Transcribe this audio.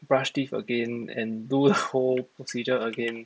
brush teeth again and do the whole procedure again